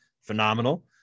phenomenal